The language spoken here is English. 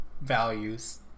values